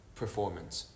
performance